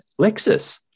Lexus